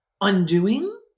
undoing